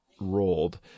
rolled